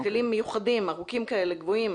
דקלים מיוחדים,